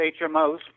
HMOs